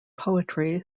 poetry